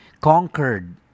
conquered